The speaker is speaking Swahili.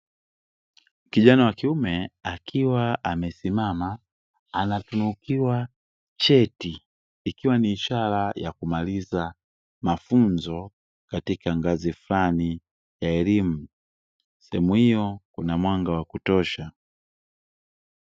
Kijana wa kiume akiwa amesimama, anatunukiwa cheti ikiwa ni ishara ya kumaliza mafunzo katika ngazi ya fulani ya elimu, sehemu hiyo kuna mwanga wa kutosha.